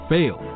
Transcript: Fail